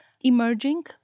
emerging